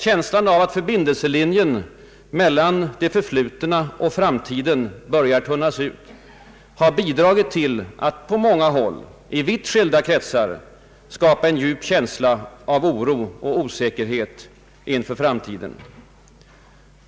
Känslan av att förbindelselinjen mellan det förflutna och framtiden börjar tunnas ut har bidragit till att på många håll, i vitt skilda kretsar, skapa en djup känsla av oro och osäkerhet inför framtiden.